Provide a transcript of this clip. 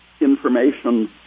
information